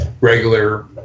regular